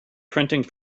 printing